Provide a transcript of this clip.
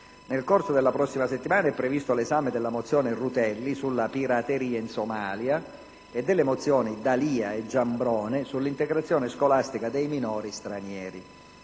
Nel corso della prossima settimana è previsto l'esame della mozione Rutelli sulla pirateria in Somalia e delle mozioni D'Alia e Giambrone sull'integrazione scolastica dei minori stranieri.